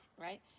Right